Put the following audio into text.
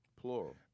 Plural